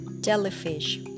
Jellyfish